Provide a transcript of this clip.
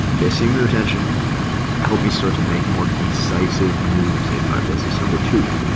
okay, semen retention helped me start to make more decisive moves in my business number two,